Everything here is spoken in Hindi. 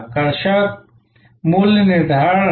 आकर्षक मूल्य निर्धारण